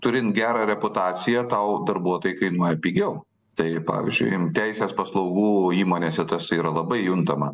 turint gerą reputaciją tau darbuotojai kainuoja pigiau tai pavyzdžiui teisės paslaugų įmonėse tas yra labai juntama